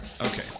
Okay